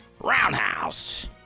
roundhouse